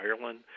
Ireland